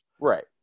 Right